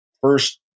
first